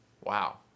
Wow